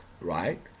right